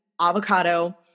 avocado